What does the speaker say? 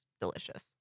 delicious